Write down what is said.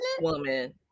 woman